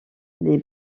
les